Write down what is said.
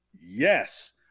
Yes